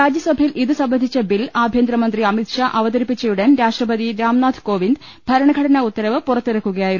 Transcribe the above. രാജ്യസഭയിൽ ഇത് സംബ ന്ധിച്ച ബിൽ ആഭ്യന്തരമന്ത്രി അമിത്ഷാ അവതരിപ്പിച്ചയു ടൻ രാഷ്ട്രപതി രാംനാഥ്കോവിന്ദ് ഭരണഘടനാ ഉത്തരവ് പുറത്തിറക്കുകയായിരുന്നു